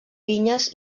vinyes